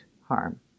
harm